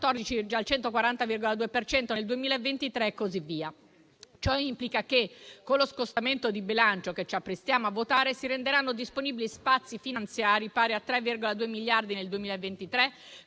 per cento nel 2023, e così a seguire. Ciò implica che, con lo scostamento di bilancio che ci apprestiamo a votare, si renderanno disponibili spazi finanziari pari a 3,2 miliardi nel 2023,